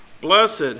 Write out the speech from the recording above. Blessed